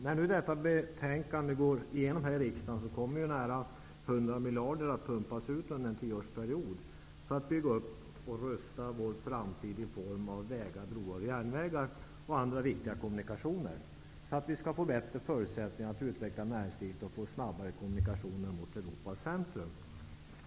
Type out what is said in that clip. När nu detta betänkande går igenom här i riksdagen, kommer nära 100 miljarder att pumpas ut under en tioårsperiod för att bygga upp och rusta vår framtid i form av vägar, broar, järnvägar och andra viktiga kommunikationer. På det sättet skall vi få bättre förutsättningar att utveckla näringslivet och få snabbare kommunikationer mot Europas centrum.